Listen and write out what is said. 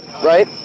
Right